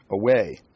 away